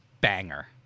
banger